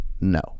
no